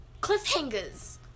cliffhangers